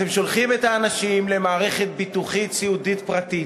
אתם שולחים את האנשים למערכת ביטוחית סיעודית פרטית,